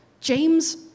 James